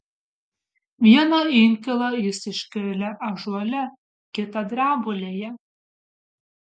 vieną inkilą jis iškelia ąžuole kitą drebulėje